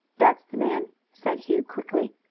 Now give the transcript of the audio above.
that's the man! said hugh quickly.